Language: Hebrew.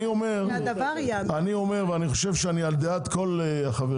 אני אומר, ואני חושב שזה על דעת כל החברים,